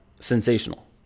sensational